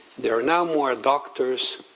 there are now more doctors,